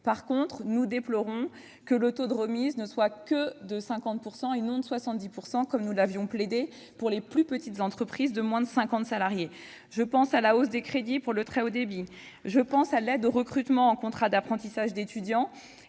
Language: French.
bien que nous déplorions que le taux de remise ne soit que de 50 % et non pas de 70 %, comme nous l'avions plaidé, pour les plus petites entreprises, celles de moins de 50 salariés. Je pense à la hausse des crédits pour le très haut débit. Je pense également à l'aide au recrutement en contrat d'apprentissage d'étudiants,